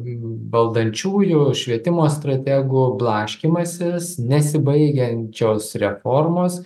valdančiųjų švietimo strategų blaškymasis nesibaigiančios reformos